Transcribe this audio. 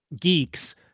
geeks